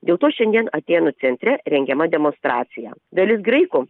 dėl to šiandien atėnų centre rengiama demonstracija dalis graikų